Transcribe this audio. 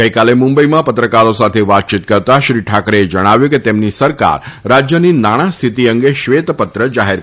ગઇકાલે મુંબઇમાં પત્રકારો સાથે વાતચીત કરતાં શ્રી ઠાકરેએ જણાવ્યું હતું કે તેમની સરકાર રાજયની નાણાં સ્થિતિ અંગે શ્વેતપત્ર જાહેર કરશે